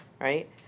right